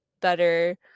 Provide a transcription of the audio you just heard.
better